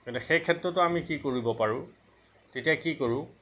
গতিকে সেই ক্ষেত্ৰতো আমি কি কৰিব পাৰোঁ তেতিয়া কি কৰোঁ